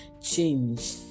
change